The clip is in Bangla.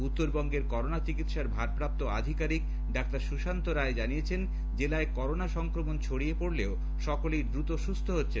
উত্তরবঙ্গের করোনা চিকিৎসার ভারপ্রাপ্ত আধিকারিক ডাক্তার সুশান্ত রায় জানান জেলায় করোনা সংক্রমণ ছড়িয়ে পড়লেও সকলেই দ্রুত সুস্থ হচ্ছেন